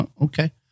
Okay